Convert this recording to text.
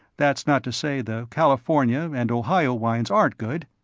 that's not to say the california and ohio wines aren't good.